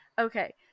Okay